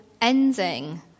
ending